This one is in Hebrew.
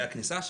והכניסה שלהם,